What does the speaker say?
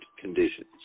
conditions